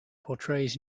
portrays